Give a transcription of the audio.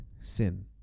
sin